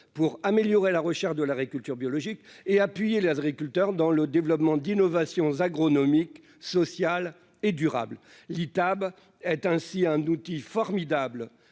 pour améliorer la recherche de l'agriculture biologique et appuyer les agriculteurs dans le développement d'innovations agronomiques, social et durable tab est ainsi un outil formidable